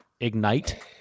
ignite